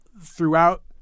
throughout